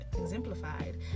exemplified